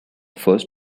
first